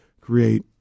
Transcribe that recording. create